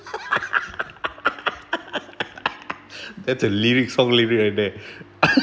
that's a lyrics song leave it right there